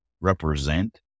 represent